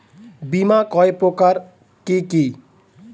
বীমা কয় প্রকার কি কি?